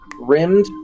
rimmed